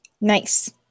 Nice